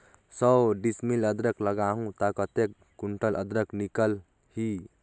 सौ डिसमिल अदरक लगाहूं ता कतेक कुंटल अदरक निकल ही?